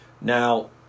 Now